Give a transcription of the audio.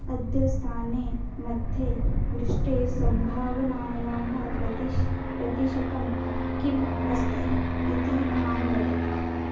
अद्य स्थाने मध्ये वृष्टेः सम्भावनायाः प्रति प्रतिशतं किम् अस्ति इति मां वद